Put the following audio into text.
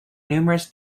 numerous